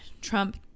Trump